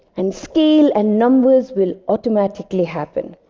and scale and numbers will automatically happen.